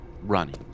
running